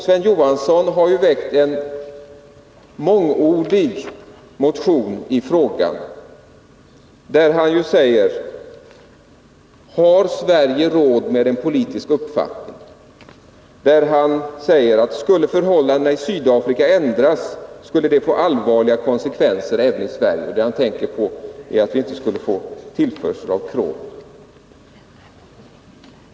Sven Johansson har ju väckt en mångordig motion, där han säger bl.a. följande: ”Har Sverige råd med en "politisk" uppfattning?” Och dessförinnan heter det: ”Skulle förhållandena i Sydafrika ändras, skulle det få allvarliga konsekvenser även i Sverige.” Det han tänker på är att vi inte skulle få tillförsel av krom.